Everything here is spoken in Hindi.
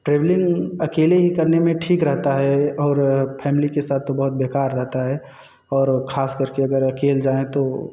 ट्रैवलिंग अकेले ही करने में ठीक रहता है और फैमिली के साथ तो बहुत बेकार रहता है और खास करके अगर अकेले जाएँ तो